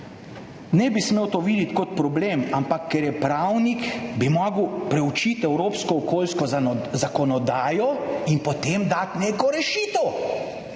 ne bi smel to videti kot problem, ampak ker je pravnik, bi moral preučiti evropsko okoljsko zakonodajo in potem dati neko rešitev.